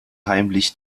heimlich